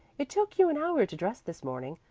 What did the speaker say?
it took you an hour to dress this morning,